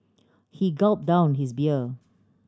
he gulp down his beer